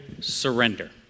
surrender